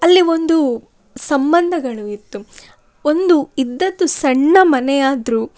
ಅಲ್ಲಿ ಒಂದು ಸಂಬಂಧಗಳು ಇತ್ತು ಒಂದು ಇದ್ದದ್ದು ಸಣ್ಣ ಮನೆಯಾದರೂ